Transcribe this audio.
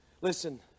Listen